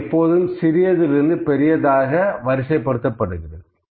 இது எப்போதும் சிறியதிலிருந்து பெரியதாக வரிசைப் படுத்தப்படுகிறது